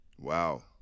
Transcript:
Wow